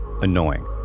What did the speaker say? annoying